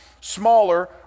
smaller